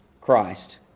Christ